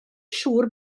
siŵr